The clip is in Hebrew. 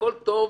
הכול טוב,